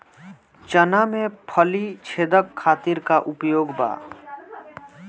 चना में फली छेदक खातिर का उपाय बा?